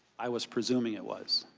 i was presuming it was.